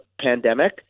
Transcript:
pandemic